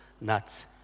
nuts